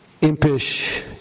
impish